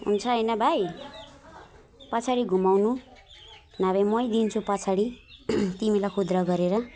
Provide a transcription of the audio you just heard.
हुन्छ होइन भाइ पछाडि घुमाउनु नभए म दिन्छु पछाडि तिमीलाई खुद्रा गरेर